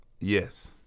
Yes